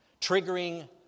triggering